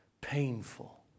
painful